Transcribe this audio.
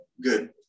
good